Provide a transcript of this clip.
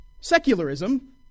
secularism